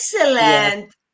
excellent